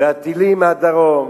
והטילים מהדרום.